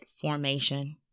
formation